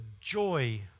joy